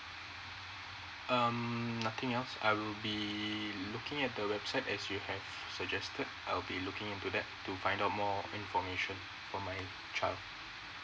um nothing else I will be looking at the website as you have suggested I'll be looking into that to find out more information for my child